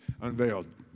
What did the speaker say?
unveiled